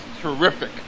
terrific